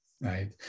Right